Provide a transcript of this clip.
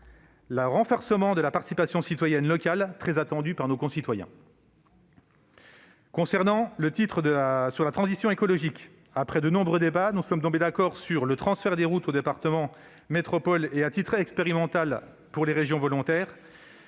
le renforcement de la participation citoyenne locale, qui était très attendu par nos concitoyens. Concernant le titre sur la transition écologique, après de nombreux débats, nous sommes tombés d'accord sur le transfert des routes aux départements, métropoles et, à titre expérimental, aux régions volontaires-